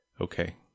okay